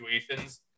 situations